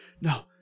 No